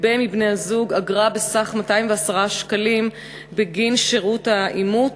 יגבה מבני-הזוג אגרה בסך 210 שקלים בגין שירות האימות,